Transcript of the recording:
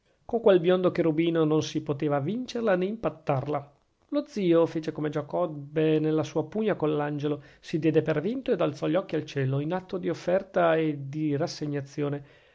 con quel biondo cherubino non si poteva vincerla nè impattarla lo zio fece come giacobbe nella sua pugna con l'angelo si diede per vinto ed alzò gli occhi al cielo in atto di offerta e di rassegnazione